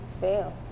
fail